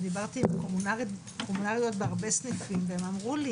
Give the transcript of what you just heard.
ודיברתי עם קומונריות בהרבה סניפים והן אמרו לי